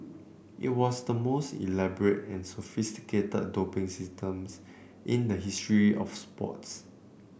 it was the most elaborate and sophisticated doping systems in the history of sports